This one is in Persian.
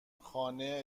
خانه